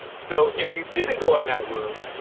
so if you didn't go in that room,